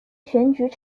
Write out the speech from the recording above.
选举